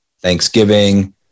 Thanksgiving